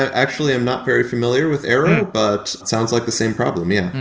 actually, i'm not very familiar with arrow, but it sounds like the same problem. yeah.